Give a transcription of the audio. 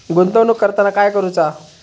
गुंतवणूक करताना काय करुचा?